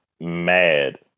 mad